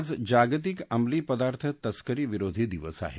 आज जागतिक अंमलीपदार्थ तस्करी विरोधी दिवस आहे